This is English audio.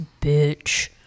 bitch